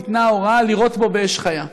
ניתנה הוראה לירות בו באש חיה.